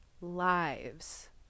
lives